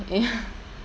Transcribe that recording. ya